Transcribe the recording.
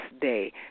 day